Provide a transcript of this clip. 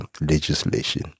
legislation